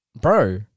bro